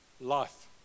life